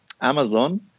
Amazon